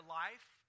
life